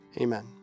amen